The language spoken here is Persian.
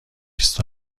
بیست